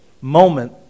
moment